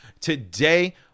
today